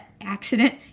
accident